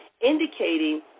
indicating